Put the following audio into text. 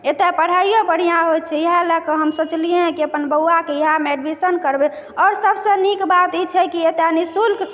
एतय पढ़ाइयो बहुत बढ़िआँ होइत छै इएह लअ कऽ हम सोचलियै हँ कि अपन बौआकेँ इएहमे एडमिशन करेबैक आओर सबसँ नीक बात ई छै कि एतय नि शुल्क